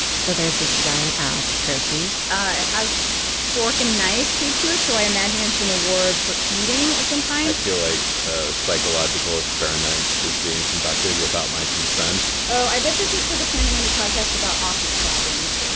so there's this giant-ass trophy it has fork and knife taped to it, so i imagine it's an award for eating of some kind i feel like a psychological experiment is being conducted without my consent oh, i bet this is for the planet money podcast about office problems